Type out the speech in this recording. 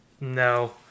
No